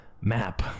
map